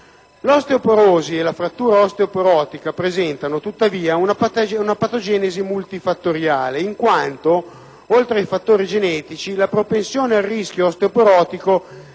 L'osteoporosi e la frattura osteoporotica presentano, tuttavia, una patogenesi multifattoriale, in quanto, oltre ai fattori genetici, la propensione al rischio osteoporotico